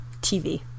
TV